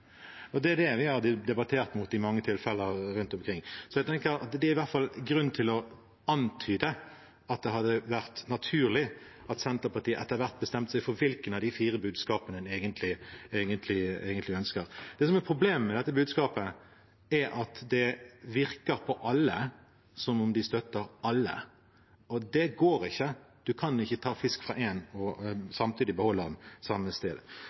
Det er det vi har debattert i mange tilfeller rundt omkring. Så jeg tenker at det i hvert fall er grunn til å antyde at det hadde vært naturlig at Senterpartiet etter hvert bestemte seg for hvilket av de fire budskapene en egentlig ønsker. Det som er problemet med dette budskapet, er at det virker på alle som om de støtter alle. Og det går ikke – en kan ikke ta fisk fra en og samtidig beholde den samme sted.